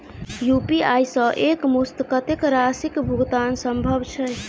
UPI सऽ एक मुस्त कत्तेक राशि कऽ भुगतान सम्भव छई?